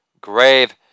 grave